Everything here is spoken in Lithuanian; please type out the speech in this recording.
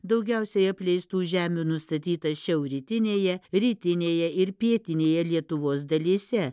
daugiausiai apleistų žemių nustatyta šiaurrytinėje rytinėje ir pietinėje lietuvos dalyse